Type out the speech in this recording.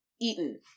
eaten